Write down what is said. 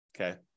okay